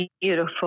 beautiful